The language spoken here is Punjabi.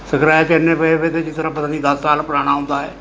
ਸਕਰੈਚ ਇੰਨੇ ਪਏ ਪਏ ਤੇ ਜਿਸ ਤਰ੍ਹਾਂ ਪਤਾ ਨਹੀਂ ਦਸ ਸਾਲ ਪੁਰਾਣਾ ਹੁੰਦਾ ਹੈ